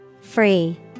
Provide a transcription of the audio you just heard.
Free